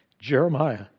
Jeremiah